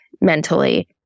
mentally